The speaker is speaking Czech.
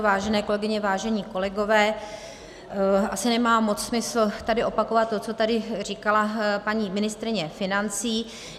Vážené kolegyně, vážení kolegové, asi nemá moc smysl tady opakovat to, co tady říkala paní ministryně financí.